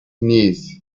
knees